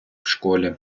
школі